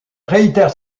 réitère